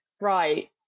Right